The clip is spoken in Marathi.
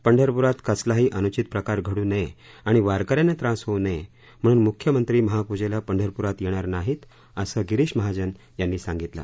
पंढरपुरात कसलाही अनुचित प्रकार घडू नये आणि वारकऱ्यांना त्रास होऊ नये म्हणून मुख्यमंत्री महापूजेला पंढरपुरात येणार नाहीत असं गिरीश महाजन यानी सांगितलं